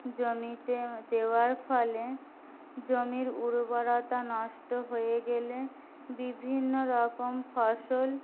জমিতে দেওয়ার ফলে জমির উর্বরতা নষ্ট হয়ে গেলে বিভিন্ন রকম ফসল